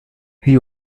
has